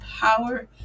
power